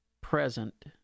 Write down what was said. present